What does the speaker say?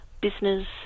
business